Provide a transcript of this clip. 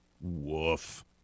Woof